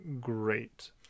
great